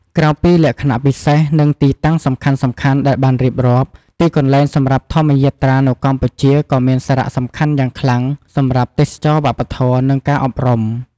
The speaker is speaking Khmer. ក្រៅពីលក្ខណៈពិសេស និងទីតាំងសំខាន់ៗដែលបានរៀបរាប់ ទីកន្លែងសម្រាប់ធម្មយាត្រានៅកម្ពុជាក៏មានសារៈសំខាន់យ៉ាងខ្លាំងសម្រាប់ ទេសចរណ៍វប្បធម៌ និង ការអប់រំ។